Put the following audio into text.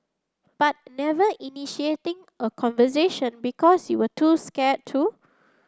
but never initiating a conversation because you were too scared to